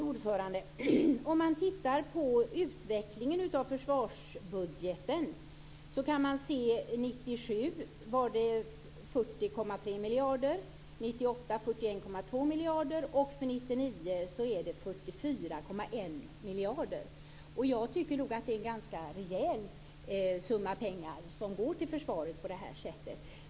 Fru talman! Om man tittar närmare på utvecklingen av försvarsbudgeten kan man se att beloppet 1997 var 40,3 miljarder, 1998 är det 41,2 miljarder och för 1999 blir det 44,1 miljarder. Jag tycker att det är en ganska rejäl summa pengar som går till försvaret på det här sättet.